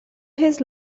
his